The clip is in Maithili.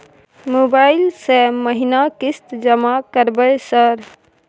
मोबाइल से महीना किस्त जमा करबै सर?